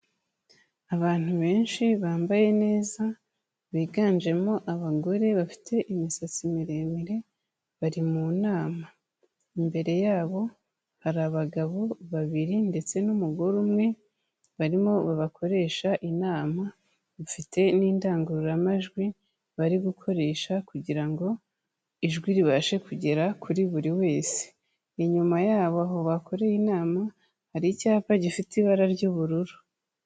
Abantu benshi bambaye neza, biganjemo abagore bafite imisatsi miremire, bari mu nama, imbere yabo hari abagabo babiri ndetse n'umugore umwe, barimo babakoresha inama, bafite n'indangururamajwi bari gukoresha kugira ngo ijwi ribashe kugera kuri buri wese, inyuma yabo aho bakoreye inama, hari icyapa gifite ibara ry'ubururu.